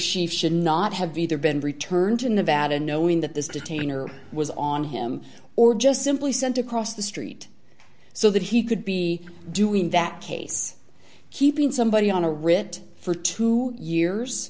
schieffer should not have either been returned to nevada knowing that this detain or was on him or just simply sent across the street so that he could be doing that case keeping somebody on a writ for two years